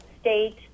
state